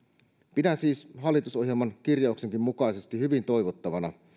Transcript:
pidän siis hallitusohjelman kirjauksenkin mukaisesti hyvin toivottavana